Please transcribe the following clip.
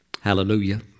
Hallelujah